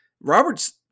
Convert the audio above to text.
Robert's